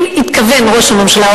אם התכוון ראש הממשלה,